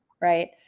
right